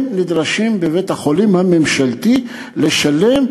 הם נדרשים בבית-החולים הממשלתי לשלם.